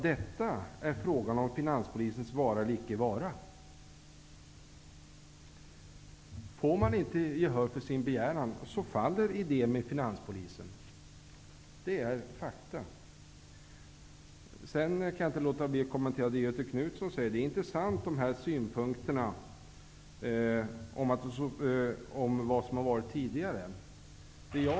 Det är fråga om finanspolisens vara eller icke vara. Om man inte får gehör för sin begäran så faller idén med finanspolisen. Det är fakta. Jag kan inte låta bli att kommentera Göthe Knutsons inlägg. Synpunkterna om vad som har skett tidigare är intressanta.